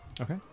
Okay